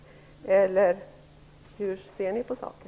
Eller hur ser ni på saken?